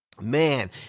Man